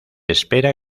espera